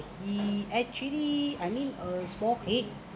he actually I mean a small kid